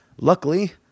Luckily